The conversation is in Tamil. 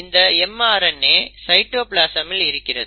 இந்த mRNA சைட்டோபிளாசமில் இருக்கிறது